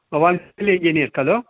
भवान् खलु